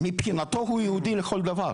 מבחינתו, הוא יהודי לכל דבר.